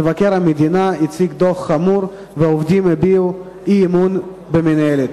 מבקר המדינה הציג דוח חמור והעובדים הביעו אי-אמון במנהלת.